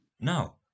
Now